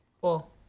Cool